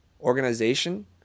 organization